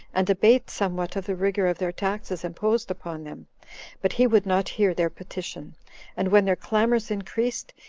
and abate somewhat of the rigor of their taxes imposed upon them but he would not hear their petition and when their clamors increased,